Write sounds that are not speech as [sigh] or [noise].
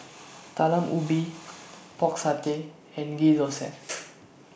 [noise] Talam Ubi Pork Satay and Ghee [unintelligible]